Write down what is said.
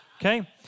Okay